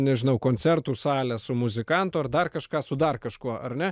nežinau koncertų salę su muzikantu ar dar kažką su dar kažkuo ar ne